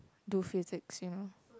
do physics you know